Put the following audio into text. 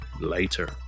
later